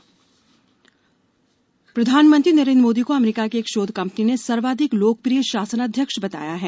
PM rating प्रधानमंत्री नरेन्द्र मोदी को अमरीका की एक शोध कंपनी ने सर्वाधिक लोकप्रिय शासनाध्यक्ष बताया है